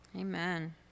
Amen